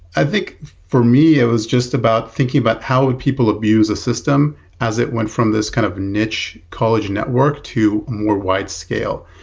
i think, for me, it was just thinking about how would people abuse a system as it went from this kind of niche college network to more wide-scale.